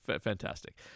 fantastic